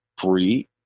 free